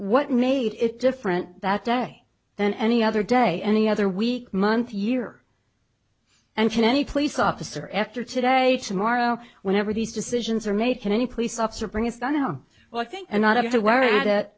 what made it different that day than any other day any other week month year and can any police officer after today tomorrow whenever these decisions are made can any police officer bring istana well i think not have to worry about